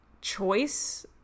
choice